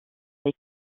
les